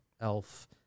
Elf